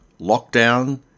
lockdown